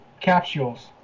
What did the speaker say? capsules